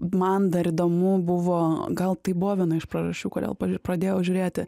man dar įdomu buvo gal tai buvo viena iš priežasčių kodėl pradėjau žiūrėti